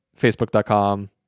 Facebook.com